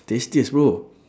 tastiest bro